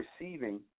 receiving